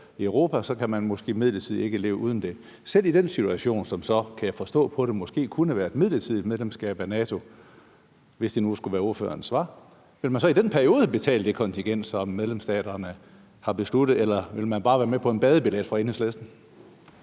i Europa, så måske midlertidigt ikke kan leve uden det – selv i den situation, som så, kan jeg forstå på det, måske kunne have været et midlertidigt medlemskab af NATO – vil man så i den periode betale det kontingent, som medlemsstaterne har besluttet? Eller vil man fra Enhedslistens